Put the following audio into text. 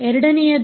ಎರಡನೇಯದು